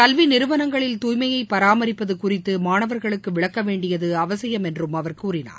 கல்விநிறுவனங்களில் தூய்மையை பராமரிப்பது குறித்து மாணவர்களுக்கு விளக்கவேண்டியது அவசியம் என்றும் அவர் கூறினார்